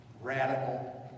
Radical